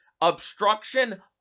Obstruction